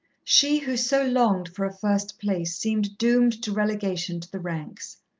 she, who so longed for a first place, seemed doomed to relegation to the ranks.